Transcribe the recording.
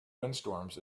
windstorms